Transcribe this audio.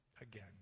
again